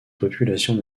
populations